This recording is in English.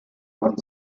won